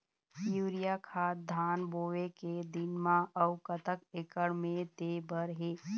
Urea खाद धान बोवे के दिन म अऊ कतक एकड़ मे दे बर हे?